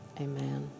Amen